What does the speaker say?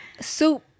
soup